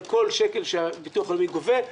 על כל שקל שביטוח הלאומי גובה,